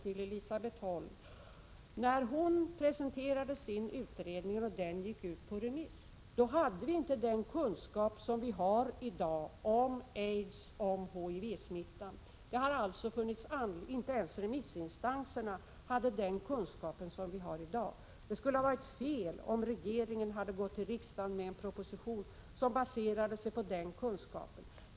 När Elisabet Holm presenterade sin utredning och när utredningen gick ut på remiss, hade vi inte den kunskap som vi har i dag om aids och HIV-smittan. Inte ens remissinstanserna hade den kunskap som vi har i dag. Det skulle ha varit fel av regeringen att gå till riksdagen med en proposition, som baserade sig på den kunskap man då hade.